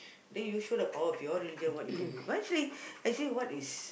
then you should have thought of your religion what you can do but actually actually what is